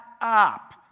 up